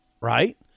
right